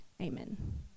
Amen